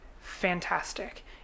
fantastic